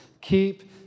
Keep